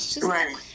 Right